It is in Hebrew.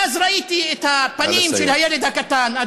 ואז ראיתי את הפנים של הילד הקטן, נא לסיים.